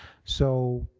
so